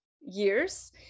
years